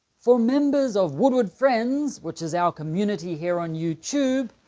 for members of woodward friends, which is our community here on youtube,